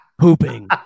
Pooping